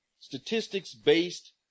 statistics-based